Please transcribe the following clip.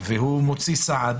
והוא מוציא סעד